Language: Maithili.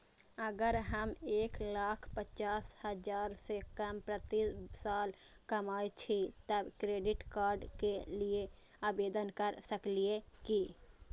अगर हम एक लाख पचास हजार से कम प्रति साल कमाय छियै त क्रेडिट कार्ड के लिये आवेदन कर सकलियै की?